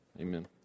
amen